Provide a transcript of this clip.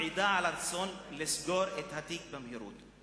מעידות על הרצון לסגור את התיק במהירות.